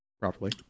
properly